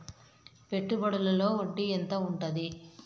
పెట్టుబడుల లో వడ్డీ ఎంత ఉంటది?